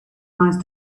nice